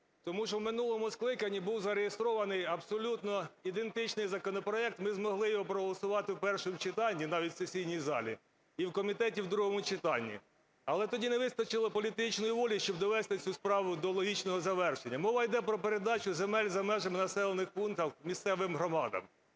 Тому що в минулому скликанні був зареєстрований абсолютно ідентичний законопроект, ми змогли його проголосувати в першому читанні, навіть в сесійній залі, і в комітеті в другому читанні. Але тоді не вистачило політичної волі, щоби довести цю справу до логічного завершення. Мова йде про передачу земель за межами населених пунктів місцевим громадам.